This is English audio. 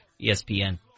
ESPN